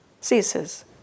ceases